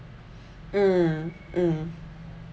mm mm